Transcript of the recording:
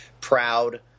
proud